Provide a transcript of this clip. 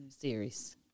series